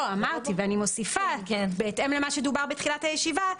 אמרתי ואני מוסיפה בהתאם למה שדובר בתחילת הישיבה,